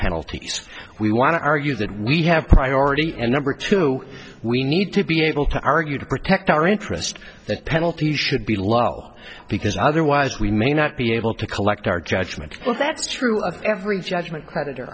penalties we want to argue that we have priority and number two we need to be able to argue to protect our interest that penalties should be low because otherwise we may not be able to collect our judgment that's true of every judgment creditor